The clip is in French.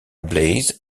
blaze